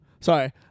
Sorry